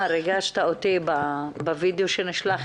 ריגשת אותי בדבריך כאן